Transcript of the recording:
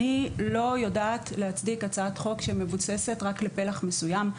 לא יודעת להצדיק הצעת חוק שמבוססת רק לפלח מסוים.